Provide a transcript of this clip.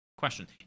question